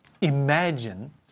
Imagine